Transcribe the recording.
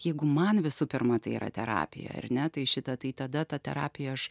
jeigu man visų pirma tai yra terapija ar ne tai šitą tai tada ta terapija aš